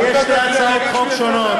יש שתי הצעות חוק שונות.